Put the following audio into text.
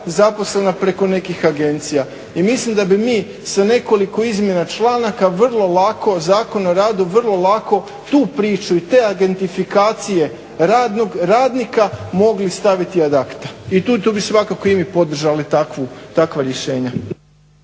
zaposlena preko nekih agencija. I mislim da bi mi sa nekoliko izmjena članaka vrlo lako Zakon o radu, vrlo lako tu priču i te agentifikacije radnog radnika mogli staviti ad acta. I tu bi svakako i mi podržali takva rješenja.